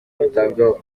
kwitabwaho